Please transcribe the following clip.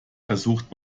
versucht